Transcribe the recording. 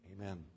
amen